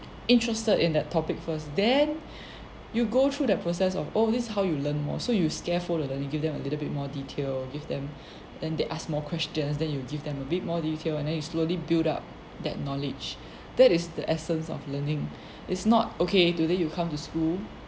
interested in that topic first then you go through that process of oh this how you learn more so you scaffold then you give them a little bit more detail give them and they ask more questions then you give them a bit more detail and a slowly build up that knowledge that is the essence of learning is not okay today you come to school